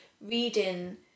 reading